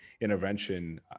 intervention